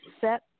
set